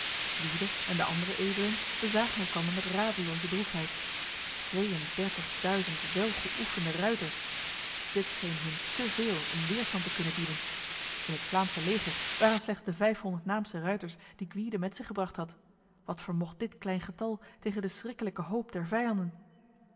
en de andere edelen bezagen elkander met radeloze droefheid tweeëndertigduizend welgeoefende ruiters dit scheen hun te veel om weerstand te kunnen bieden in het vlaamse leger waren slechts de vijfhonderd naamse ruiters die gwyde met zich gebracht had wat vermocht dit klein getal tegen de schrikkelijke hoop der vijanden